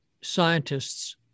scientists